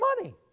money